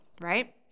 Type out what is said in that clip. right